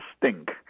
stink